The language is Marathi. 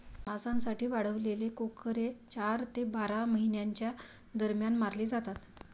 मांसासाठी वाढवलेले कोकरे चार ते बारा महिन्यांच्या दरम्यान मारले जातात